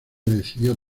decidió